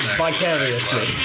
vicariously